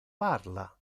parla